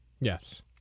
Yes